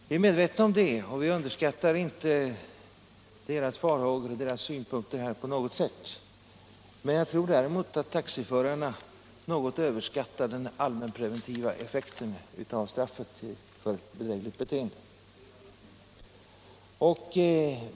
Vi är medvetna om det och vi underskattar inte deras farhågor och deras synpunkter på något sätt, men jag tror däremot att taxiförarna något överskattar den allmänpreventiva effekten av straffet för bedrägligt beteende.